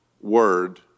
word